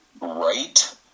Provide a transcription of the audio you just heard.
right